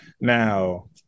Now